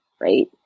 right